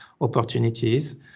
opportunities